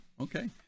okay